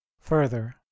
further